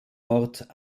ort